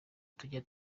tujya